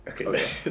Okay